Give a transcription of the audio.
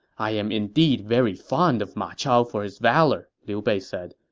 i am indeed very fond of ma chao for his valor, liu bei said.